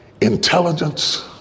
intelligence